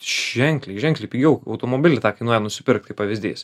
ženkliai ženkliai pigiau automobilį kainuoja nusipirkt kaip pavyzdys